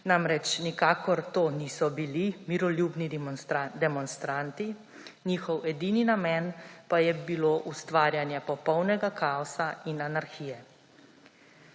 namreč nikakor niso bili miroljubni demonstranti, njihov edini namen je bilo ustvarjanje popolnega kaosa in anarhije.